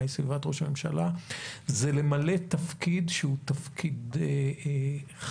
מהי סביבת ראש הממשלה זה למלא תפקיד שהוא תפקיד חשוב,